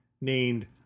named